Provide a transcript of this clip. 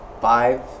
five